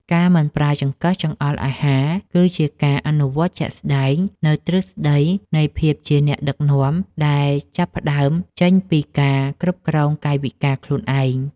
ការមិនប្រើចង្កឹះចង្អុលអាហារគឺជាការអនុវត្តជាក់ស្តែងនូវទ្រឹស្តីនៃភាពជាអ្នកដឹកនាំដែលចាប់ផ្តើមចេញពីការគ្រប់គ្រងកាយវិការខ្លួនឯង។